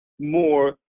more